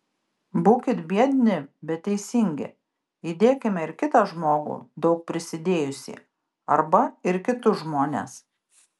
būkit biedni bet teisingi įdėkime ir kitą žmogų daug prisidėjusį arba ir kitus žmones